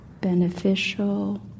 Beneficial